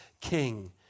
king